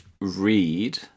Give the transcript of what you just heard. read